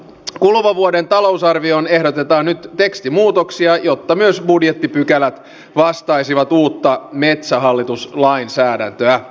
kuluvan vuoden talousarvioon ehdotetaan nyt tekstimuutoksia jotta myös budjettipykälät vastaisivat uutta metsähallituslainsäädäntöä